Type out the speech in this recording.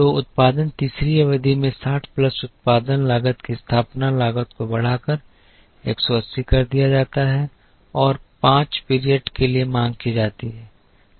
तो उत्पादन तीसरी अवधि में 60 प्लस उत्पादन लागत की स्थापना लागत को बढ़ाकर 180 कर दिया जाता है और 5 पीरियड के लिए मांग की जाती है